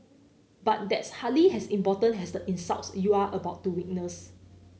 but that's hardly as important as the insults you are about to witness